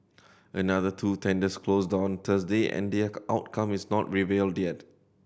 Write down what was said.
another two tenders closed on Thursday and their outcome is not revealed yet